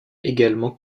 également